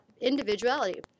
individuality